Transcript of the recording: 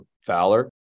Fowler